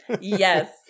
Yes